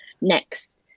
next